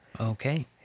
okay